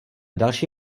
další